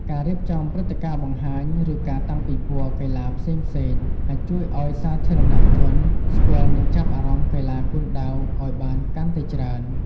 ការរៀបចំព្រឹត្តិការណ៍បង្ហាញ ឬការតាំងពិព័រណ៍កីឡាផ្សេងៗ អាចជួយឱ្យសាធារណជនស្គាល់ និងចាប់អារម្មណ៍កីឡាគុនដាវអោយបានកាន់តែច្រើន។